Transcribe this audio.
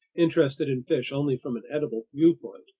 interested in fish only from an edible viewpoint.